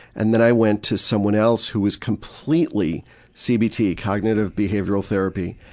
and then i went to someone else who was completely cbt cognitive behavioral therapy.